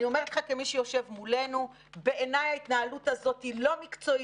אני אומרת לך כמי שיושב מולנו בעיניי ההתנהלות הזאת היא לא מקצועית,